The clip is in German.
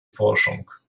forschung